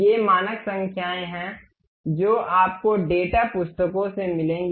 ये मानक संख्याएं हैं जो आपको डेटा पुस्तकों से मिलेंगी